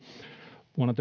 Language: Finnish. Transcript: vuonna